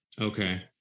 Okay